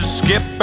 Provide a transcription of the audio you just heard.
skip